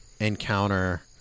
encounter